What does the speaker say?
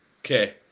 Okay